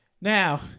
Now